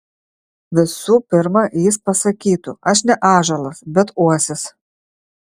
visų pirma jis pasakytų aš ne ąžuolas bet uosis